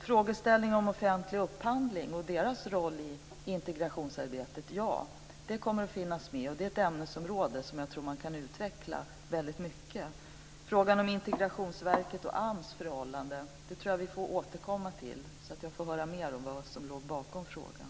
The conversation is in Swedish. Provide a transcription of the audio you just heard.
Frågeställningen om offentlig upphandling och dess roll i integrationsarbetet - ja, den kommer att finnas med. Det är ett ämnesområde som jag tror att man kan utveckla väldigt mycket. Frågan om Integrationsverkets och AMS förhållande tror jag att vi får återkomma till, så att jag får höra mer om vad som ligger bakom frågan.